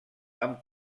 amb